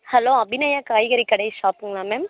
hello Abhinaya காய்கறி கடை ஷாப்புங்களா மேம்